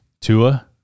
Tua